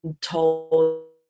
told